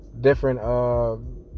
different